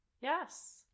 Yes